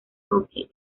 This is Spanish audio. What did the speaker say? hockey